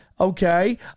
okay